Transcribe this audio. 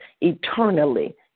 eternally